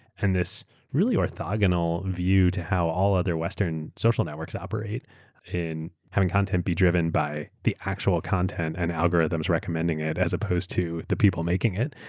and this really orthogonal view to how all other western social networks operate in having content, being driven by the actual content, and algorithms recommending it as opposed to the people making it.